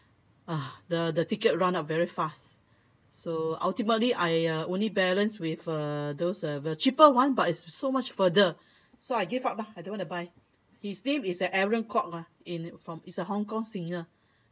ah the the ticket run out very fast so ultimately I uh only balance with uh those uh the cheaper one but it's so much further so I give up lah I don't want to buy his name is aaron Kwok ah in from is a Hong-Kong singer